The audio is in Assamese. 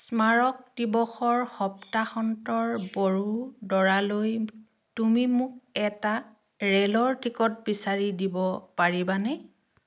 স্মাৰক দিৱসৰ সপ্তাহন্তৰ বড়োদৰালৈ তুমি মোক এটা ৰে'লৰ টিকট বিচাৰি দিব পাৰিবানে